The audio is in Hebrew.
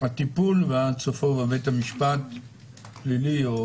הטיפול ועד סופו בבית משפט בפלילי?